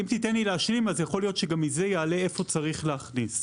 אם תיתן לי להשלים אז יכול להיות שגם מזה יעלה איפה צריך להכניס.